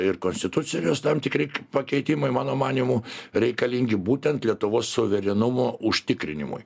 ir konstitucijos tam tikri pakeitimai mano manymu reikalingi būtent lietuvos suverenumo užtikrinimui